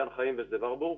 גן חיים ושדה ורבורג.